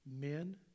men